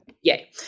yay